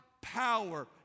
power